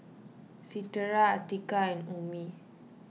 Citra Atiqah and Ummi